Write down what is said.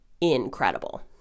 incredible